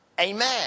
Amen